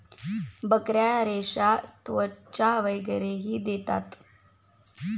बकऱ्या रेशा, त्वचा वगैरेही देतात